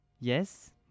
Yes